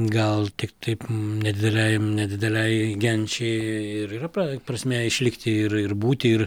gal tik taip nedidelei nedidelei genčiai ir yra prasmė išlikti ir ir būti ir